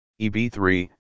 EB3